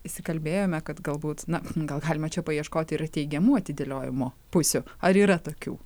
įsikalbėjome kad galbūt na gal galima čia paieškoti ir teigiamų atidėliojimo pusių ar yra tokių